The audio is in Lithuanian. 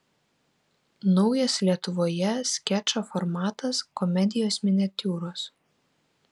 naujas lietuvoje skečo formatas komedijos miniatiūros